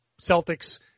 Celtics